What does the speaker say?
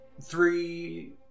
Three